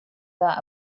that